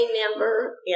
member